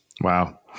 wow